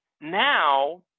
now